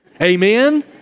Amen